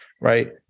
right